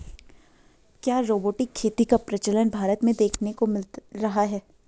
क्या रोबोटिक खेती का प्रचलन भारत में देखने को मिल रहा है?